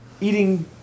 eating